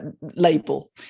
label